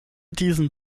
diesen